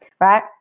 right